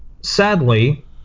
sadly